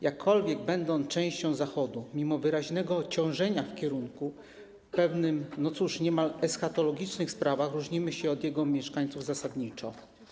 Jakkolwiek, będąc częścią Zachodu, mimo wyraźnego obciążenia w jego kierunku, w pewnych, no cóż, niemal eschatologicznych sprawach różnimy się od jego mieszkańców zasadniczo.